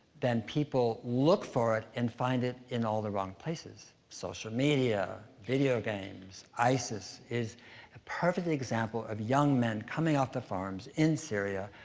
then people look for it and find it in all the wrong places. social media, video games. isis is a perfect example of young men coming off the farms in syria,